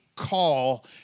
Call